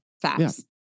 Facts